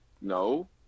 No